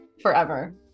forever